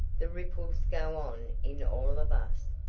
the ripples go on in all of us.